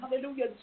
Hallelujah